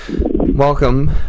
Welcome